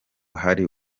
hari